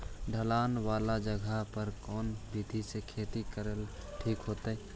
ढलान वाला जगह पर कौन विधी से खेती करेला ठिक होतइ?